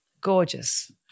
Gorgeous